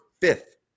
fifth